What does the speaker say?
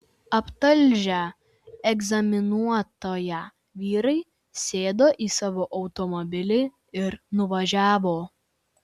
aptalžę egzaminuotoją vyrai sėdo į savo automobilį ir nuvažiavo